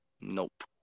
Nope